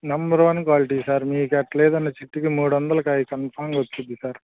number one quality sir మీకు ఎటు లేదన్న చెట్టుకి మూడు వందలు కాయ కన్ఫర్మ్గా వస్తుంది సార్